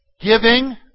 giving